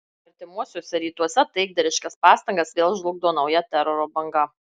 artimuosiuose rytuose taikdariškas pastangas vėl žlugdo nauja teroro banga